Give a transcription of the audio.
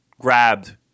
grabbed